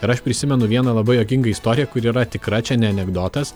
ir aš prisimenu vieną labai juokingą istoriją kuri yra tikra čia ne anekdotas